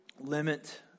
limit